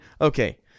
Okay